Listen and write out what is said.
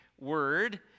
word